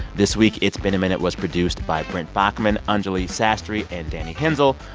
this week, it's been a minute was produced by brent baughman, anjuli sastry and danny hensel.